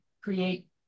create